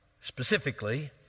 specifically